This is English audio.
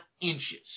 inches